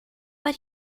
but